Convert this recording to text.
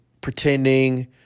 pretending